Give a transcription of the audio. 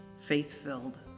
faith-filled